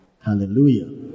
Hallelujah